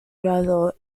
graduó